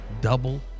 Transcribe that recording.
Double